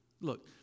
Look